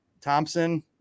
thompson